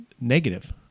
negative